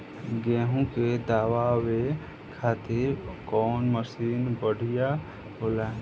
गेहूँ के दवावे खातिर कउन मशीन बढ़िया होला?